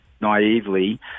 naively